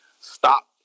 stop